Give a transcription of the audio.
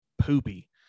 poopy